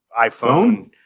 iPhone